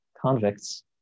convicts